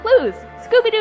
Scooby-doo